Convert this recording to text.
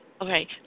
Okay